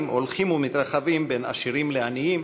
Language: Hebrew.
הולכים ומתרחבים בין עשירים לעניים.